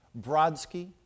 Brodsky